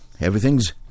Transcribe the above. everything's